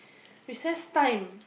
recess time